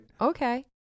okay